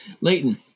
Leighton